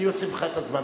אני אוסיף לך את הזמן.